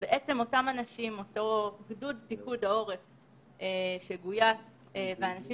אני מעגל בין כלל האנשים שאובחנו כחולים לבין האנשים